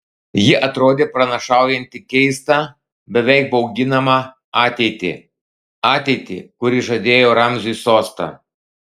ji atrodė pranašaujanti keistą beveik bauginamą ateitį ateitį kuri žadėjo ramziui sostą